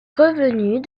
revenus